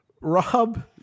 Rob